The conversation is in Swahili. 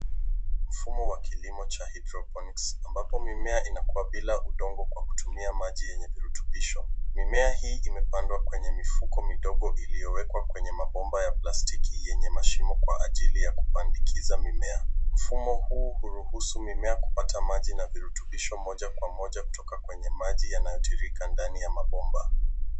Mfumo wa kilimo cha hydroponics ambapo mimea inakuwa bila udongo kwa kutumia maji yenye virutubisho. Mimea hii imepandwa kwenye mifuko midogo iliyowekwa kwenye mabomba ya plastiki yenye mashimo kwa ajili ya kupambikiza mimea. Mfumo huu huruhusu mimea kupata maji na virutubisho moja kwa moja kutoka kwenye maji yanayotiririka ndani ya mabomba.